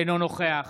אינו נוכח